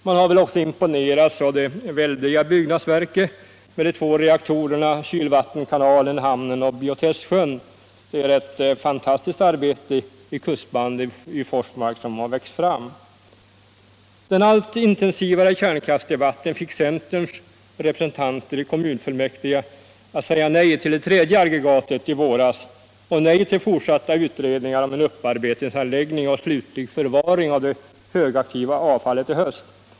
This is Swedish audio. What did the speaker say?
Man har väl också imponerats av det väldiga byggnadsverket med de två reaktorerna, kylvattenkanalen, hamnen och biotestsjön. Det är ett fantastiskt arbete som lagts ned i kustbandet vid Forsmark. Den allt intensivare kärnkraftsdebatten fick centerns representanter i kommunfullmäktige att säga nej till det tredje aggregatet i våras och nej till fortsatta utredningar om en upparbetningsanläggning och slutlig förvaring av det högaktiva avfallet i höst.